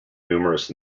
numerous